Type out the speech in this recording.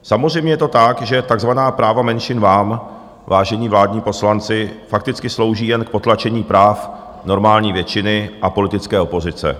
Samozřejmě je to tak, že takzvaná práva menšin vám, vážení vládní poslanci, fakticky slouží jen k potlačení práv normální většiny a politické opozice.